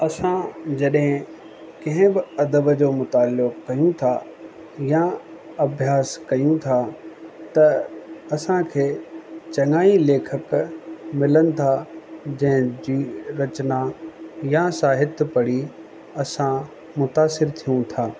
असां जॾहिं कंहिं बि अदब जो मुताइलो कयूं था या अभ्यास कयूं था त असांखे चङा ई लेखक मिलनि था जंहिं जी रचना या साहित्य पढ़ी असां मुतासिर थियूं था